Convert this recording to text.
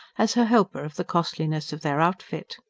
as her helper of the costliness of their outfit.